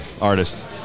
artist